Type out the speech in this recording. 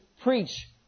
preach